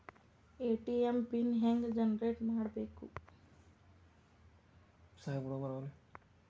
ATM pin ಹೆಂಗ್ generate ಮಾಡಬೇಕು?